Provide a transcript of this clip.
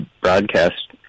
broadcast